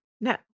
No